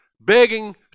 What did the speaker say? Begging